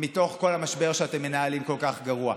מתוך כל המשבר שאתם מנהלים כל כך גרוע.